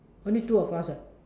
only two of us [what]